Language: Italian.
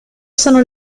sono